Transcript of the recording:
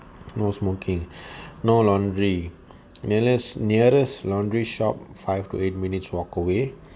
no smoking no laundry nearest nearest laundry shop five to eight minutes walk away